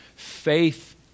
faith